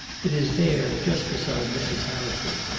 it is there, just beside mrs. haverford.